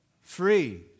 Free